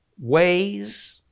ways